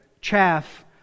chaff